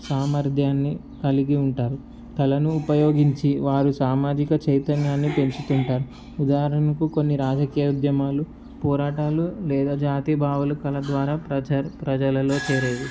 సామర్థ్యాన్ని కలిగి ఉంటారు కళలను ఉపయోగించి వారు సామాజిక చైతన్యాన్నిపెంచుతుంటారు ఉదాహరణకు కొన్ని రాజకీయ ఉద్యమాలు పోరాటాలు లేదా జాతి భావుల కళ ద్వారా ప్రజలలో చేరవి